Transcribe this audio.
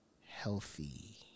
healthy